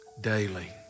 daily